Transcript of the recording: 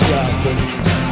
Japanese